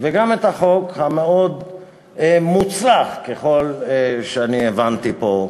וגם את החוק המאוד-מוצלח, ככל שאני הבנתי פה,